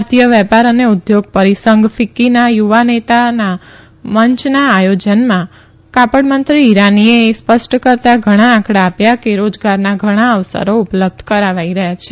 ભારતીય વેપાર અને ઉદ્યોગ પરિસંઘ ફીકકીના યુવા નેતા મંચના આયોજનમાં કાપડમંત્રી ઈરાનીએ એ સ્પષ્ટ કરતા ઘણા આંકડા આપ્યા કે રોજગારના ઘણા અવસરો ઉપલબ્ધ કરાવાઈ રહયાં છે